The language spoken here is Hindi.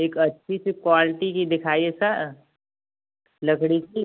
एक अच्छी सी क्वाल्टी की दिखाइए सर लकड़ी की